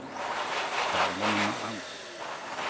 ᱥᱟᱨ ᱵᱚᱱ ᱮᱢᱟᱜᱼᱟ